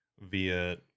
via